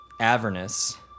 Avernus